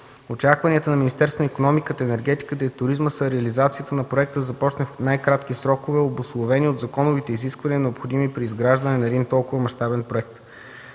Очакванията на Министерството на икономиката, енергетиката и туризма са реализацията на проекта да започне в най-кратки срокове, обусловени от законовите изисквания, необходими при изграждане на един толкова мащабен проект.